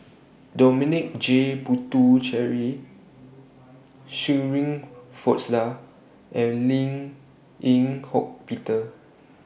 Dominic J Puthucheary Shirin Fozdar and Lim Eng Hock Peter